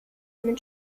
mit